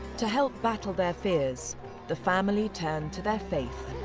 to help battle their fears the family turn to their faith.